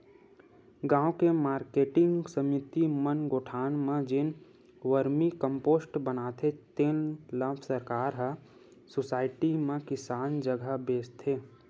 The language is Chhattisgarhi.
गाँव के मारकेटिंग समिति मन गोठान म जेन वरमी कम्पोस्ट बनाथे तेन ल सरकार ह सुसायटी म किसान जघा बेचत हे